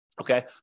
okay